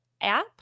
app